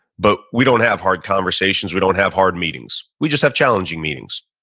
but we don't have hard conversations, we don't have hard meetings. we just have challenging meetings,